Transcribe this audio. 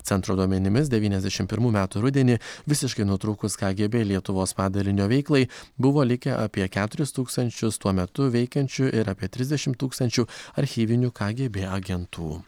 centro duomenimis devyniasdešim pirmų metų rudenį visiškai nutrūkus kgb lietuvos padalinio veiklai buvo likę apie keturis tūkstančius tuo metu veikiančių ir apie trisdešim tūkstančių archyvinių kgb agentų